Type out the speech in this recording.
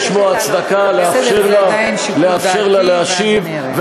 יש בו הצדקה לאפשר לה להשיב.